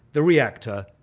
the reactor,